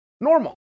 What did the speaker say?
normal